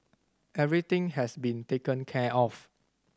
everything has been taken care of